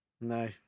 no